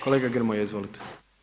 Kolega Grmoja, izvolite.